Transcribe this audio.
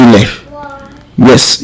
Yes